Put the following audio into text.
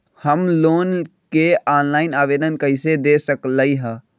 हम लोन के ऑनलाइन आवेदन कईसे दे सकलई ह?